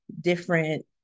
different